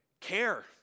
care